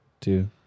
two